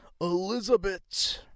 Elizabeth